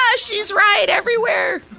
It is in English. ah she's right everywhere!